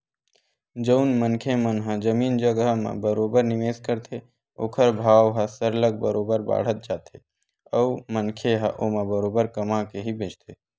जउन मनखे मन ह जमीन जघा म बरोबर निवेस करथे ओखर भाव ह सरलग बरोबर बाड़त जाथे अउ मनखे ह ओमा बरोबर कमा के ही बेंचथे